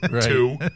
two